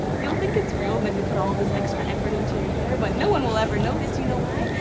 you'll think it's real. then you'll put all this extra effort into your hair, but no one will ever notice. you know why?